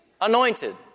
anointed